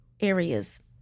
areas